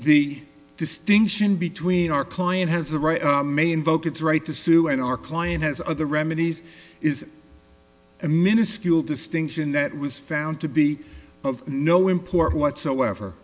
the distinction between our client has a right may invoke its right to sue and our client has other remedies is a miniscule distinction that was found to be of no import whatsoever